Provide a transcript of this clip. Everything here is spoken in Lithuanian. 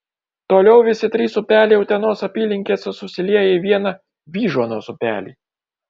toliau visi trys upeliai utenos apylinkėse susilieja į vieną vyžuonos upelį